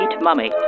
Mummy